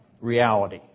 reality